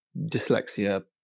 dyslexia